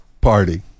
party